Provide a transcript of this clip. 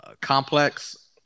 complex